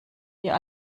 wir